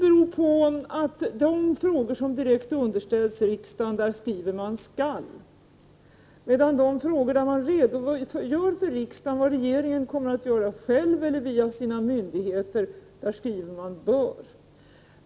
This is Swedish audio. I frågor som direkt underställs riksdagen skriver man ”skall”, medan man i de frågor där man redogör för riksdagen vad regeringen kommer att göra själv eller via sina myndigheter skriver ”bör”.